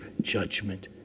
judgment